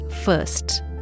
first